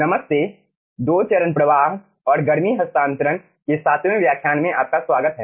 नमस्ते दो चरण प्रवाह और गर्मी हस्तांतरण के सातवें व्याख्यान में आपका स्वागत है